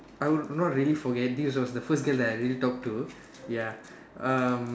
I would not really forget this was the first girl that I really talk to ya um